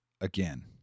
Again